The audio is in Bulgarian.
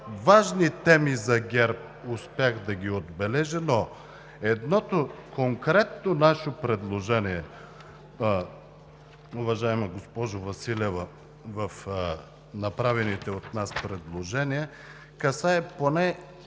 важни теми за ГЕРБ успях да отбележа, но едното конкретно наше предложение, уважаема госпожо Василева, от направените от нас предложения касае поне